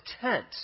tent